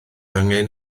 angen